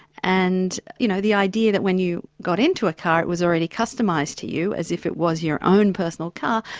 and you know the idea that when you got into a car it was already customised to you as if it was your own personal car,